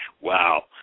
Wow